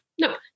no